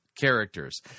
characters